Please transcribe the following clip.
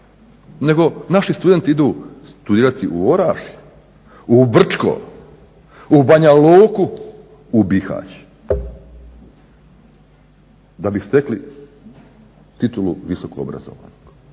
Nego naši studenti idu studirati u Orašje, u Brčko, u Banja luku, u Bihać da bi stekli titulu visoko obrazovanog.